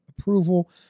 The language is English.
approval